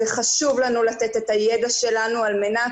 זה חשוב לנו לתת את הידע שלנו על מנת